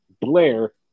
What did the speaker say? Blair